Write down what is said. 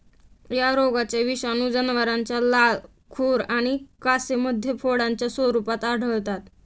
या रोगाचे विषाणू जनावरांच्या लाळ, खुर आणि कासेमध्ये फोडांच्या स्वरूपात आढळतात